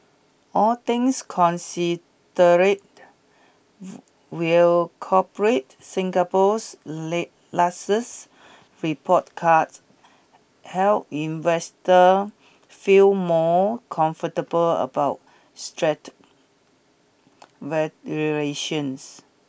all things considered will corporate Singapore's lasts report card help investors feel more comfortable about stretched valuations